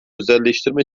özelleştirme